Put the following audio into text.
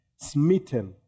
smitten